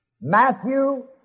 Matthew